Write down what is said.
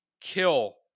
kill